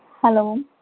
hello